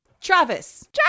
Travis